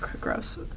gross